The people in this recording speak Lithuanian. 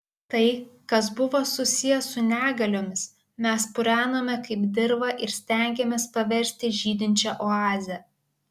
tai kas buvo susiję su negaliomis mes purenome kaip dirvą ir stengėmės paversti žydinčia oaze